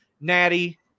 Natty